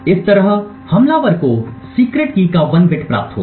इस तरह हमलावर को गुप्त कुंजी का 1 बिट प्राप्त होगा